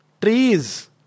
trees